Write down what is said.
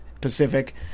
Pacific